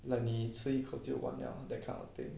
like 你吃一口就完了 that kind of thing